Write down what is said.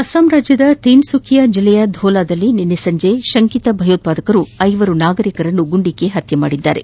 ಅಸ್ಟಾಂನ ತಿನ್ನುಕಿಯಾ ಜಿಲ್ಲೆಯ ಧೋಲಾದಲ್ಲಿ ನಿನ್ನೆ ಸಂಜೆ ಶಂಕಿತ ಭಯೋತ್ವಾದರು ಐವರು ನಾಗರಿಕರನ್ನು ಗುಂಡಿಕ್ಕಿ ಹತ್ನೆ ಮಾಡಿದ್ದಾರೆ